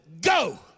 go